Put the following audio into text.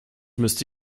müsste